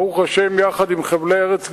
ברוך השם, יחד עם חבלי ארץ גדולים,